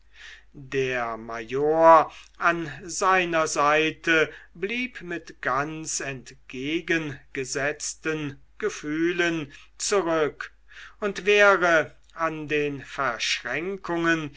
der major an seiner seite blieb mit ganz entgegengesetzten gefühlen zurück und wäre an den verschränkungen